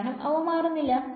കാരണം അവ മാറുന്നില്ല